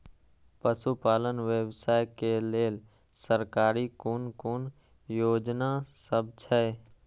पशु पालन व्यवसाय के लेल सरकारी कुन कुन योजना सब छै?